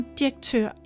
direktør